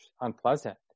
unpleasant